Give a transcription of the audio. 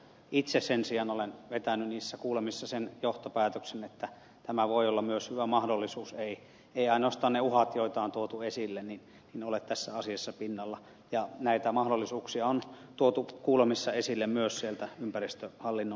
itse sen sijaan olen vetänyt niissä kuulemisissa sen johtopäätöksen että tämä voi olla myös hyvä mahdollisuus että eivät ainoastaan ne uhat joita on tuotu esille ole tässä asiassa pinnalla ja näitä mahdollisuuksia on tuotu kuulemisissa esille myös sieltä ympäristöhallinnon sisältä